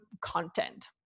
content